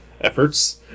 efforts